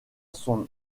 son